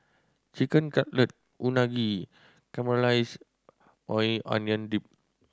Chicken Cutlet Unagi Caramelized Maui Onion Dip